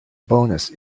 bonus